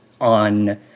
on